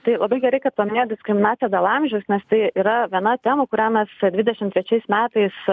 tai labai gerai kad paminėjot diskriminaciją dėl amžiaus nes tai yra viena temų kurią mes dvidešimt trečiais metais